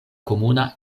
komuna